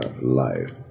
life